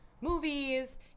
movies